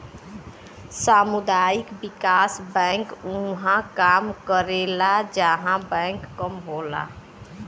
सामुदायिक विकास बैंक उहां काम करला जहां बैंक कम होला